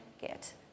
get